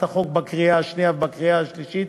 החוק בקריאה השנייה ובקריאה השלישית.